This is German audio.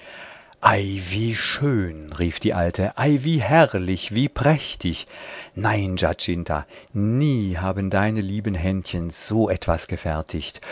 wie schön rief die alte ei wie herrlich wie prächtig nein giacinta nie haben deine lieben händchen so etwas gefertigt